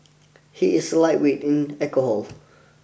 he is lightweight in alcohol